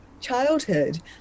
childhood